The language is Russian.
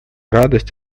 радость